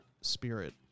spirit